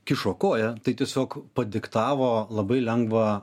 kišo koją tai tiesiog padiktavo labai lengvą